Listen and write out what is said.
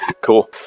Cool